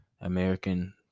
American